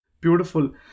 Beautiful